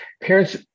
parents